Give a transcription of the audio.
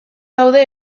daude